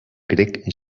grec